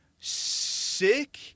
sick